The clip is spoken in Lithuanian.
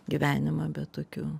gyvenimą be tokių